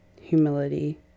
humility